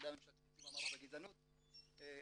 גם הדו"חות,